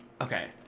Okay